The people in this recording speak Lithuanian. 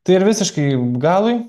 tai ir visiškai galui